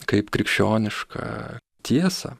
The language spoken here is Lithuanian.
kaip krikščionišką tiesą